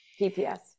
PPS